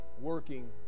working